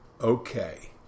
okay